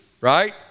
right